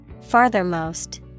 Farthermost